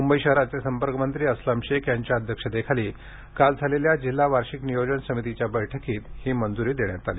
मुंबई शहराचे संपर्कमंत्री अस्लम शेख यांच्या अध्यक्षतेखाली काल झालेल्या जिल्हा वार्षिक नियोजन समितीच्या बैठकीत ही मंजुरी देण्यात आली